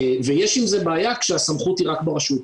יש עם זה בעיה כשהסמכות היא רק ברשות,